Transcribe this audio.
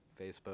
Facebook